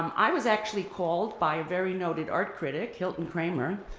i was actually called by a very noted art critic, hilton kramer,